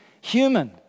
human